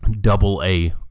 double-A